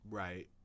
right